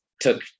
took